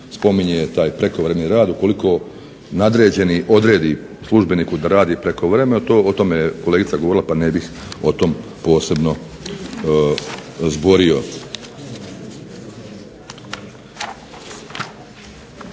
spominje taj prekovremeni rad ukoliko nadređeni odredi službeniku da radi prekovremeno o tome je kolegica govorila pa ne bih o tom posebno zborio.